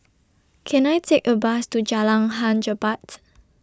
Can I Take A Bus to Jalan Hang Jebat